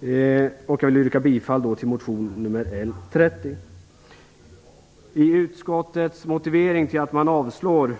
Jag yrkar bifall till motion L30. I utskottets motivering till att man avslår